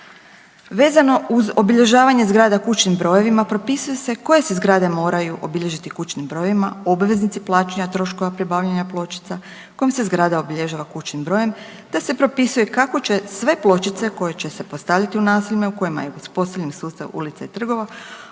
Vezano uz obilježavanje zgrada kućnim brojevima, propisuje se koje se zgrade moraju obilježiti kućnim brojevima, obveznici plaćanja troškova pribavljanja pločica kojim se zgrada obilježava kućnim brojem te se propisuje kako će sve pločice koje će se postavljati u naseljima u kojima je uspostavljen sustav ulica i trgova